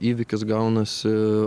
įvykis gaunasi